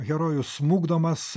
herojus smukdomas